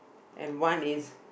and one is